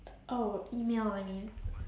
oh email I mean